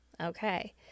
okay